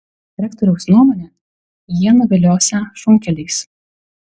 rektoriaus nuomone jie nuviliosią šunkeliais